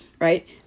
right